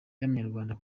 y’amanyarwanda